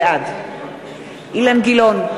בעד אילן גילאון,